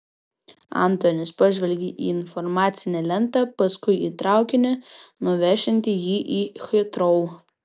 antonis pažvelgė į informacinę lentą paskui į traukinį nuvešiantį jį į hitrou